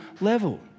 level